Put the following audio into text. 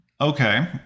okay